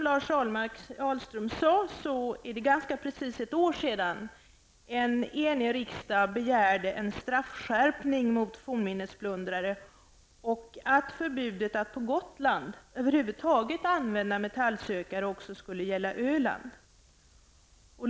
För ganska precis ett år sedan enades riksdagen om att begära en straffskärpning mot fornminnesplundrare och att förbudet att på Gotland över huvud taget använda metallsökare också skulle gälla Öland.